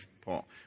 Paul